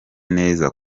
neza